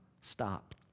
stop